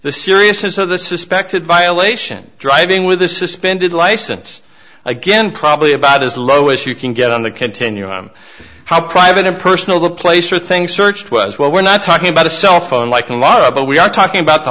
the seriousness of the suspected violation driving with a suspended license again probably about as low as you can get on the continuum how private and personal the place or things searched was well we're not talking about a cell phone like a law but we are talking about the